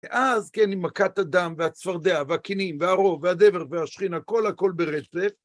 אז כן, עם מכת הדם, והצפרדע, והכנים, וערוב, והדבר, והשחין, הכל הכל ברצף.